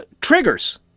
triggers